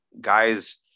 guys